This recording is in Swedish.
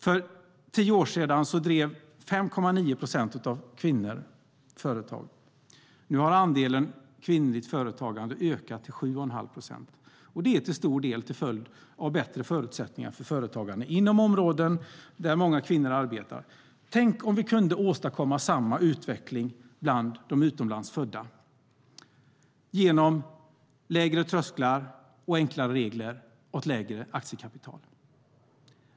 För tio år sedan var andelen kvinnor som drev företag 5,9 procent. Nu har andelen kvinnligt företagande ökat till 7,5 procent. Det är till stor del till följd av bättre förutsättningar för företagande inom områden där många kvinnor arbetar. Tänk om vi kunde åstadkomma samma utveckling bland de utomlands födda genom lägre trösklar, enklare regler och ett lägre aktiekapital!